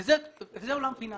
זה עולם פיננסי.